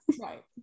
right